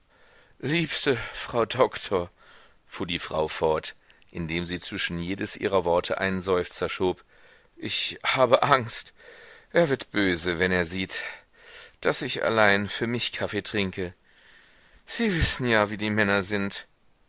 liebste frau doktor fuhr die frau fort indem sie zwischen jedes ihrer worte einen seufzer schob ich habe angst er wird böse wenn er sieht daß ich allein für mich kaffee trinke sie wissen wie die männer sind